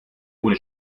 ohne